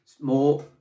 more